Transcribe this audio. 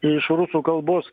iš rusų kalbos